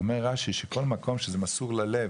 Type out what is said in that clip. אומר רש"י שכל מקום שזה מסור ללב,